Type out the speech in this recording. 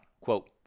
quote